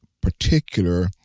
particular